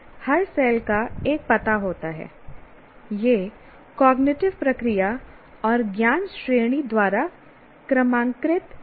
हर cell का एक पता होता है यह कॉग्निटिव प्रक्रिया और ज्ञान श्रेणी द्वारा क्रमांकित किया जा सकता है